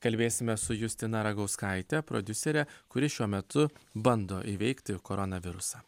kalbėsime su justina ragauskaite prodiusere kuri šiuo metu bando įveikti koronavirusą